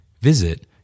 Visit